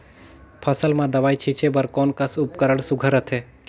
फसल म दव ई छीचे बर कोन कस उपकरण सुघ्घर रथे?